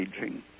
aging